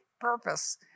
purpose